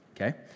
okay